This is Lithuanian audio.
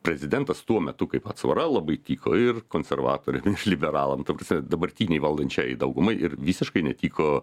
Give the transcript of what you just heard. prezidentas tuo metu kaip atsvara labai tiko ir konservatoriam liberalam ta parasme dabartinei valdančiajai daugumai ir visiškai netiko